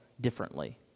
differently